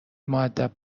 مودب